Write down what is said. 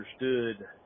understood